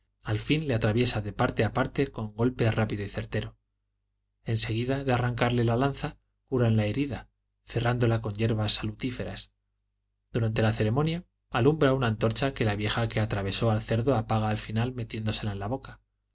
al fin le atraviesa de parte a parte con golpe rápido y certero en seguida de arrancar la lanza curan la herida cerrándola con yerbas salutíferas durante la ceremonia alumbra una antorcha que la vieja que atravesó al cerdo apaga al final metiéndosela en la boca